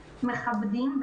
מכבדים,